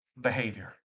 behavior